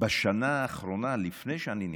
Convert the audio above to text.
בשנה האחרונה, לפני שאני נכנסתי,